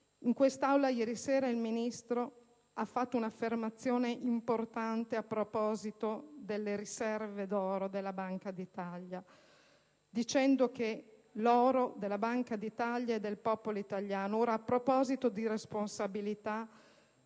In quest'Aula ieri sera il Ministro ha fatto un'affermazione importante a proposito delle riserve d'oro della Banca d'Italia, dicendo che «l'oro della Banca d'Italia è del popolo italiano». A proposito di responsabilità,